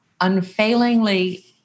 unfailingly